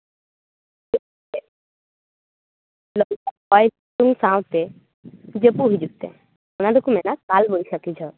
ᱦᱚᱭ ᱥᱤᱛᱩᱝ ᱥᱟᱶᱛᱮ ᱡᱟᱹᱯᱩᱫ ᱦᱤᱡᱩᱜ ᱛᱮ ᱚᱱᱟ ᱫᱚᱠᱚ ᱢᱮᱱᱟ ᱠᱟᱞ ᱵᱳᱭᱥᱟᱠᱷᱤ ᱡᱷᱚᱲ